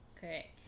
Correct